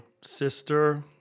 sister